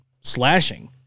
slashing